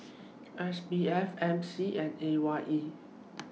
SBF MC and AYE